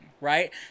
right